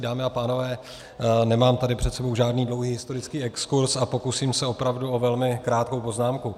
Dámy a pánové, nemám tady před sebou žádný dlouhý historicky exkurz a pokusím se opravdu o velmi krátkou poznámku.